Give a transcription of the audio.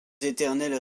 éternels